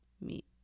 meet